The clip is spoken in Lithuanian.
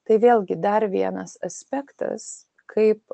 tai vėlgi dar vienas aspektas kaip